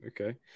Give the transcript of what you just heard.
Okay